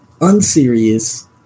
unserious